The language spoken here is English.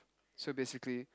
so basically